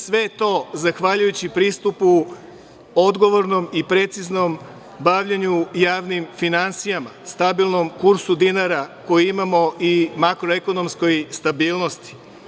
Sve to zahvaljujući pristupu, odgovornom i preciznom bavljenju javnim finansijama, stabilnom kursu dinara koji imamo i makroekonomskoj stabilnosti.